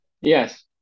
Yes